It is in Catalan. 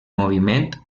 moviment